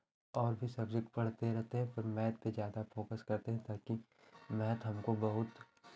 और भी सबज़ेक्ट पढ़ते रहते हैं पर मैथ पे ज़्यादा फोकस करते हैं ताकि मैथ हमको बहुत